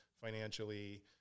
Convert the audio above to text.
financially